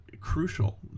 crucial